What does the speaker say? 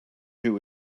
who